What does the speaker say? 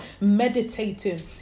meditating